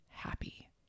happy